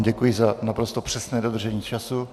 Děkuji vám za naprosto přesné dodržení času.